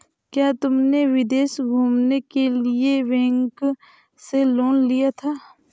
क्या तुमने विदेश घूमने के लिए बैंक से लोन लिया था?